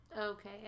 okay